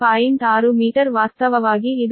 6 metre ವಾಸ್ತವವಾಗಿ ಈ 0